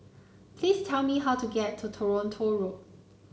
please tell me how to get to Toronto Road